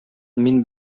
мин